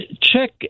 check